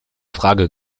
frage